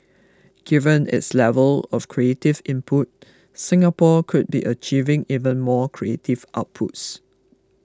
given its level of creative input Singapore could be achieving even more creative outputs